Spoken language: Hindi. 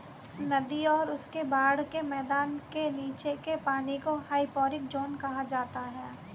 नदी और उसके बाढ़ के मैदान के नीचे के पानी को हाइपोरिक ज़ोन कहा जाता है